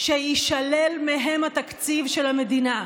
לדעת שיישלל מהם התקציב של המדינה.